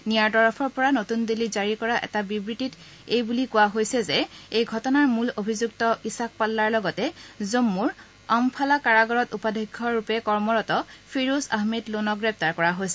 নিয়াৰ তৰফৰ পৰা নতুন দিল্লীত জাৰি কৰা এটা বিবৃতিত এই বুলি কোৱা হৈছে যে এই ঘটনাৰ মূল অভিযুক্ত ইছাক পাল্লাৰ লগতে জম্মূৰ আমফালা কাৰাগাৰত উপাধ্যক্ষ ৰূপে কৰ্মৰত ফিৰোজ আহমেদ লোনক গ্ৰেপ্তাৰ কৰা হৈছে